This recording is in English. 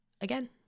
again